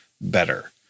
better